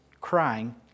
crying